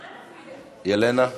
ילנה,